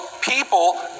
people